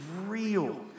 real